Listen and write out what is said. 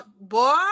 boy